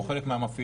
או חלק מהמפעילים,